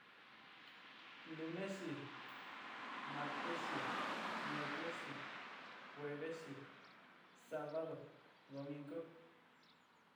Lunesí, martesí, miercolesí, juevesí. sábado, domingú.